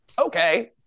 Okay